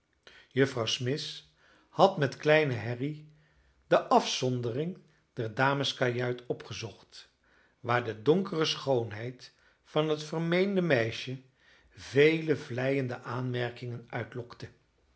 juffrouw smith had met kleine harry de afzondering der dameskajuit opgezocht waar de donkere schoonheid van het vermeende meisje vele vleiende aanmerkingen uitlokte